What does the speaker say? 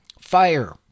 fire